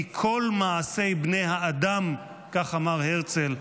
כי כל מעשי בני האדם" כך אמר הרצל,